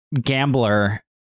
gambler